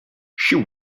she